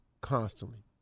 constantly